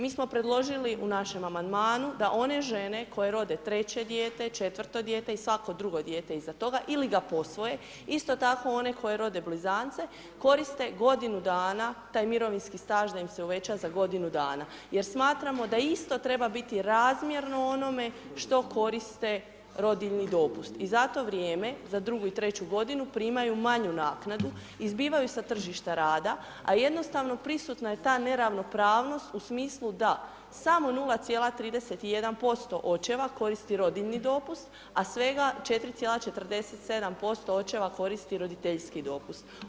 Mi smo predložili u našem amandmanu da one žene koje rode 3. dijete, 4. četvrto dijete i svako drugo dijete iza toga ili ga posvoje, isto tako one koje rode blizance, koriste godinu dana taj mirovinski staž da im se uveća za godinu dana jer smatramo da isto treba biti razmjerno onome što koriste rodiljni dopust i zato vrijeme za drugu i treću godinu primaju manju naknadu, izbivaju sa tržišta rada a jednostavno prisutna je ta neravnopravnost u smislu da samo 0,31% očeva koristi rodiljni dopust a svega 4,47% očeva koristi roditeljski dopust.